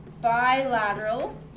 Bilateral